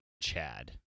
Chad